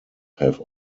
have